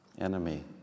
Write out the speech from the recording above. enemy